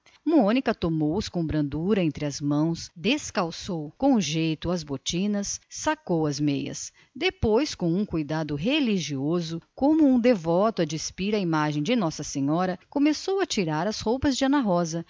calçados mônica tomou os com amor entre as suas mãos negras e calejadas descalçou lhe cuidadosamente as botinas sacou lhe fora as meias depois com um desvelo religioso como um devoto a despir a imagem de nossa senhora começou a tirar as roupas de ana rosa